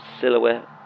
silhouette